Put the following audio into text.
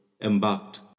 embarked